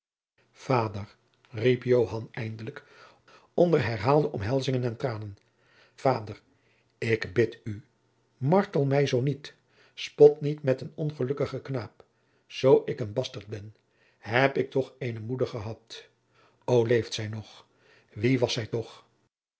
onder herhaalde omhelzingen en tranen vader ik bid u martel mij zoo niet spot niet met een ongelukkigen knaap zoo ik een bastert ben heb ik toch eene moeder gehad o leeft zij nog wie was zij toch